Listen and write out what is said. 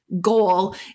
goal